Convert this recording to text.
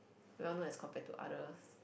well known as compared to others